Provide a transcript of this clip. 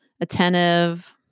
attentive